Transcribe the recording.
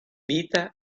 vita